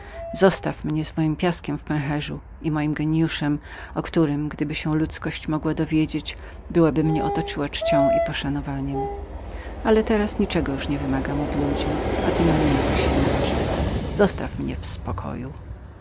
zostaw mnie pan z mojem dziełem i moim gienijuszem na którym gdyby się ludzkość była umiała poznać byłaby mnie otoczyła czcią i poszanowaniem ale teraz nic już nie wymagam od ludzi a tem mniej od księgarzy zostaw mnie pan